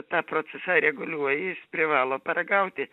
tą procesą reguliuoja jis privalo paragauti